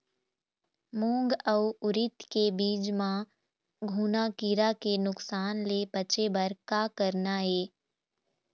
मूंग अउ उरीद के बीज म घुना किरा के नुकसान ले बचे बर का करना ये?